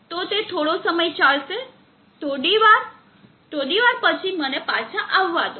તો તે થોડો સમય ચાલશે થોડીવાર થોડીવાર પછી મને પાછા આવવા દો